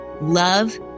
love